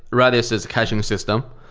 redis is a caching system.